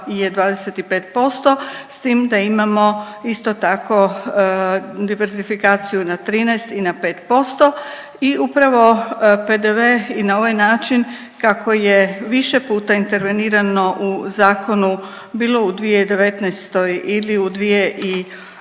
je 25%, s tim da imamo isto tako diversifikaciju na 13 i na 5% i upravo PDV i na ovaj način kako je više puta intervenirano u zakonu bilo u 2019. ili u 2020.